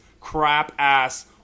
crap-ass –